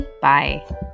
bye